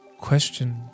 question